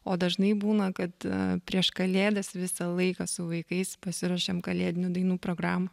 o dažnai būna kad prieš kalėdas visą laiką su vaikais pasiruošiam kalėdinių dainų programą